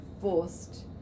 forced